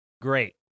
Great